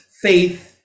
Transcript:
faith